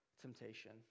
temptation